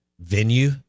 venue